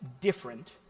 different